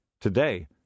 Today